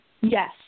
Yes